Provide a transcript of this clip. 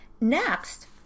Next